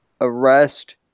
arrest